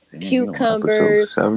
cucumbers